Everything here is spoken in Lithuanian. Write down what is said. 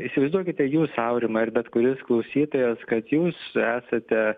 įsivaizduokite jūs aurimai ar bet kuris klausytojas kad jūs esate